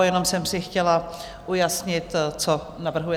Jenom jsem si chtěla ujasnit, co navrhujete.